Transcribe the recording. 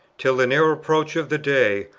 till the near approach of the day,